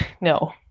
No